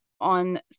On